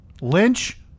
Lynch